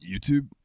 YouTube